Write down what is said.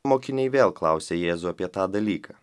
mokiniai vėl klausia jėzų apie tą dalyką